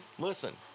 Listen